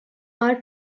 are